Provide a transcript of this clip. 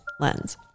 Lens